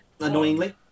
annoyingly